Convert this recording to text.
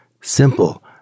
Simple